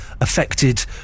affected